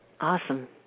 Awesome